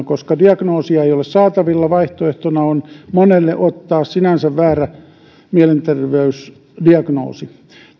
koska diagnoosia ei ole saatavilla on monelle vaihtoehtona ottaa sinänsä väärä mielenterveysdiagnoosi